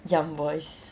young boys